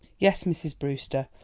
yes, mrs. brewster,